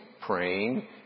praying